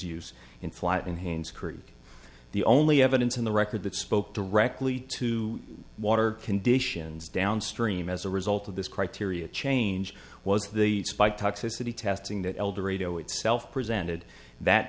crude the only evidence in the record that spoke directly to water conditions downstream as a result of this criteria change was the spike toxicity testing that elderado itself presented that